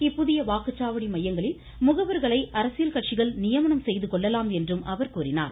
இப்புதிய வாக்குச்சாவடி மையங்களில் முகவர்களை அரசியல் கட்சிகள் நியமனம் செய்துகொள்ளலாம் என்றும்அவர் கூறினார்